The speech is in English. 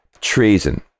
treason